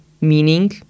meaning